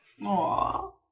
Aww